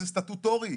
זה סטטוטורי.